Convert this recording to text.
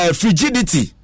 frigidity